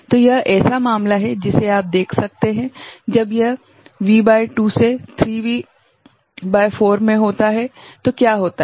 तो यह ऐसा मामला है जिसे आप देख सकते हैं जब यह V भागित 2 से 3V भागित 4 में होता है तो क्या होता है